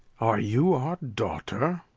are you our daughter?